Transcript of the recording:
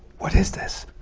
what is this?